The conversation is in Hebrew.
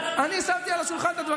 וצריך לתקן את העיוותים